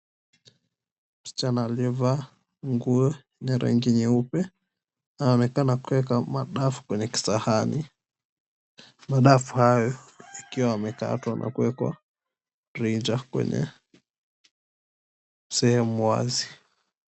Msichana aliyevaa nguo za rangi nyeupe. Anaonekana kuweka madafu kwenye sahani. Madafu hayo yakiwa yamekatwa na kuwekwa nje kwenye sehemu wazi.